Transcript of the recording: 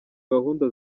gahunda